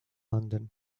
london